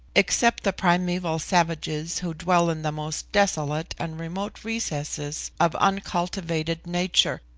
except the primeval savages who dwell in the most desolate and remote recesses of uncultivated nature,